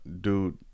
dude